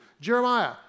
Jeremiah